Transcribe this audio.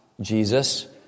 Jesus